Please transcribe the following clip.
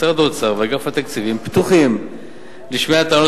משרד האוצר ואגף התקציבים פתוחים לשמיעת טענות